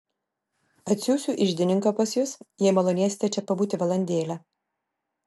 atsiųsiu iždininką pas jus jei malonėsite čia pabūti valandėlę